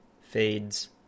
fades